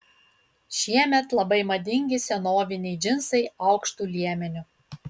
šiemet labai madingi senoviniai džinsai aukštu liemeniu